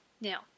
Now